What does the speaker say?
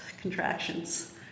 contractions